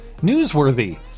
newsworthy